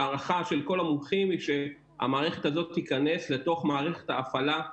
ההערכה של כל המומחים היא שהמערכת הזו תיכנס לתוך מערכת ההפעלה,